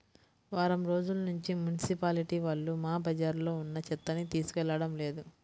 వారం రోజుల్నుంచి మున్సిపాలిటీ వాళ్ళు మా బజార్లో ఉన్న చెత్తని తీసుకెళ్లడం లేదు